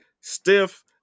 stiff